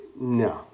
no